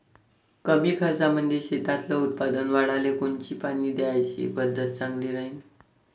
कमी खर्चामंदी शेतातलं उत्पादन वाढाले कोनची पानी द्याची पद्धत चांगली राहीन?